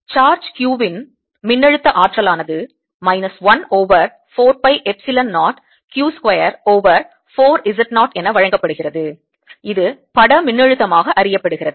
charge q வின் மின்னழுத்த ஆற்றலானது minus 1 over 4 pi epsilon 0 q square over 4 Z naught என வழங்கப்படுகிறது இது பட மின்னழுத்த மாக அறியப்படுகிறது